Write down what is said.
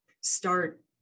start